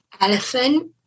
elephant